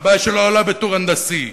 והבעיה שלו עולה בטור הנדסי.